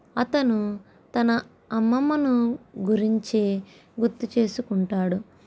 అతను తన అమ్మమ్మను గురించి గుర్తుచేసుకుంటాడు